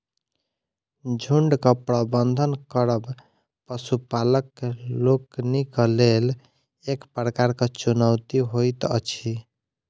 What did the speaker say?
झुंडक प्रबंधन करब पशुपालक लोकनिक लेल एक प्रकारक चुनौती होइत अछि